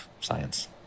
science